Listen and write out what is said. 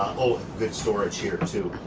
oh, good storage here too.